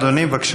אדוני, בבקשה.